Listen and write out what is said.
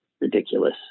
ridiculous